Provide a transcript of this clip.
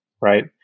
right